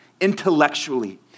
intellectually